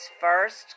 first